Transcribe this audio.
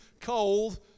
cold